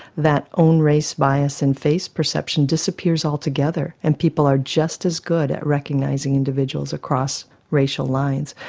that own race bias and face perception disappears altogether and people are just as good at recognising individuals across racial lines.